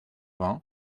vingt